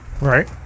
right